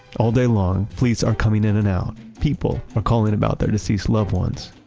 all day long, police are coming in and out. people are calling about their deceased loved ones.